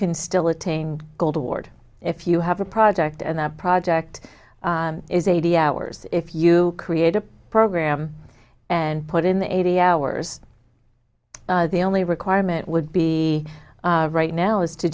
can still attain gold award if you have a project and that project is eighty hours if you create a program and put in the eighty hours the only requirement would be right now is to